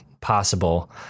possible